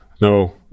No